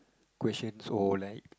questions or like